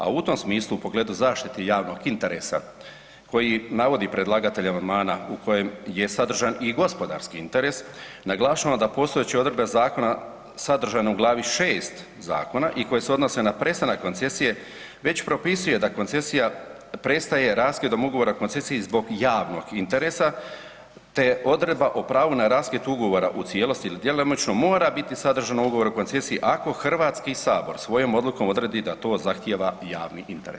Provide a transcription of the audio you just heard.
A u tom smislu, u pogledu zaštite javnog interesa, koji navodi predlagatelj amandmana u kojem je sadržan i gospodarski interes, naglašavam da postojeće odredbe zakona sadržane u glavi VI. zakona i koje se odnose na prestanak koncesije već propisuje da koncesija prestaje raskidom ugovora o koncesiji zbog javnog interesa te odredba o pravu na raskid ugovora u cijelosti ili djelomično mora biti sadržano u ugovoru o koncesiji ako HS svojom odlukom odredi da to zahtijeva javni interes.